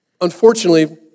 unfortunately